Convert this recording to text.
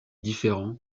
différent